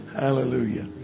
Hallelujah